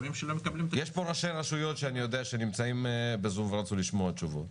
יש פה ראשי רשויות שאני יודע שנמצאים בזום ורצו לשמוע תשובות,